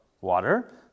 water